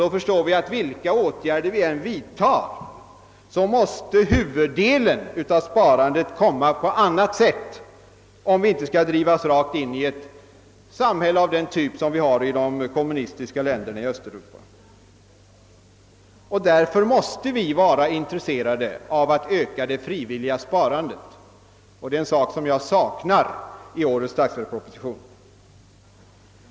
Då förstår vi att vilka åtgärder vi än vidtager måste huvuddelen av sparandet komma fram på annat sätt, om vi inte skall drivas rakt in i ett samhälle av den typ som vi har i de kommunis tiska länderna i Östeuropa. Därför måste vi vara intresserade av att öka det frivilliga sparandet. Detta är en tanke som inte återfinnes i årets statsverksproposition.